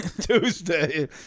Tuesday